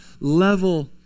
level